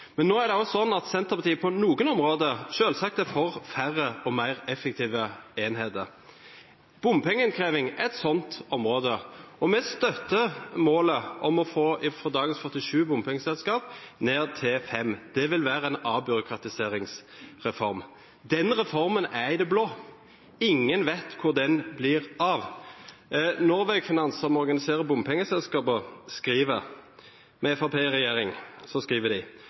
Men nå er det også sånn at Senterpartiet på noen områder selvsagt er for færre og mer effektive enheter. Bompengeinnkreving er et sånt område, og vi støtter målet om å få dagens 47 bompengeselskaper ned til fem. Det vil være en avbyråkratiseringsreform. Den reformen er i det blå. Ingen vet hvor den blir av. Norvegfinans, som organiserer bompengeselskaper med Fremskrittspartiet i regjering, skriver: